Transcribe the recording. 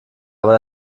aber